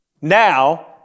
Now